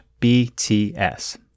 bts